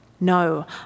No